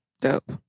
Dope